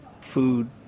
food